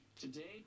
Today